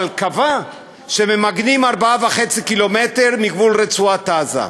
אבל קבע שממגנים 4.5 קילומטרים מגבול רצועת-עזה.